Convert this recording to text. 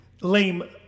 lame